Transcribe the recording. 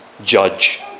judge